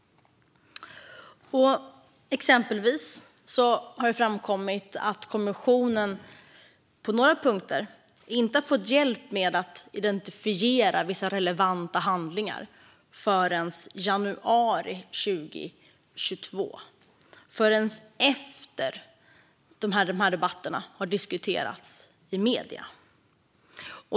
Exempelvis har det framkommit att kommissionen på några punkter inte har fått hjälp med att identifiera vissa relevanta handlingar förrän i januari 2022. Det är efter att debatterna har diskuterats i medierna.